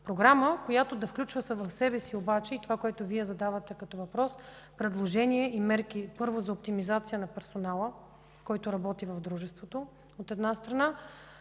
програма, която да включва в себе си и онова, което Вие задавате като въпрос – предложения и мерки за оптимизация на персонала, който работи в дружеството, от една страна,